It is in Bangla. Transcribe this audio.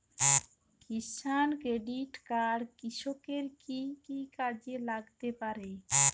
কিষান ক্রেডিট কার্ড কৃষকের কি কি কাজে লাগতে পারে?